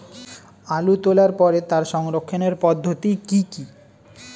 আলু তোলার পরে তার সংরক্ষণের পদ্ধতি কি কি?